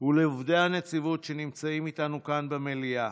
ולעובדי הנציבות שנמצאים איתנו כאן במליאה.